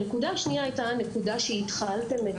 הנקודה השנייה הייתה הנקודה שהתחלתם בה את